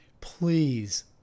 please